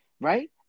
right